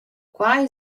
quai